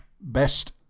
best